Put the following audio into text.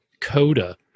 coda